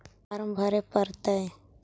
Farm भरे परतय?